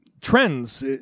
trends